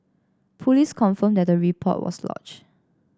police confirmed that the report was lodged